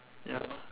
ya